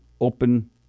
open